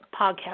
podcast